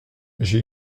j’ai